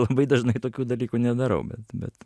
labai dažnai tokių dalykų nedarau bet bet